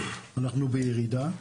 אנחנו בירידה.